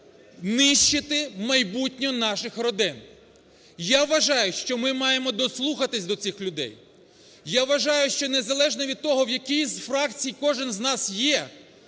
нищити майбутнє наших родин. Я вважаю, що ми маємо дослухатися до цих людей. Я вважаю, що, незалежно від того, в якій з фракцій кожен з нас є,